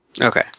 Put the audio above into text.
Okay